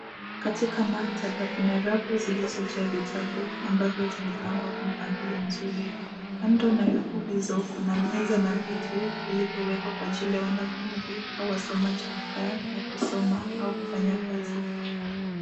Katika maktaba kuna rafu zilizojaa vitabu ambavyo vimepagwa kwa mpangilio mzuri kando na rafu hizo kuna meza na viti vilivyowekwa kwa ajili ya wanafunzi au wasomaji kukaa na kusoma au kufanya kazi.